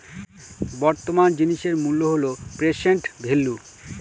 বর্তমান জিনিসের মূল্য হল প্রেসেন্ট ভেল্যু